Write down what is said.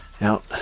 out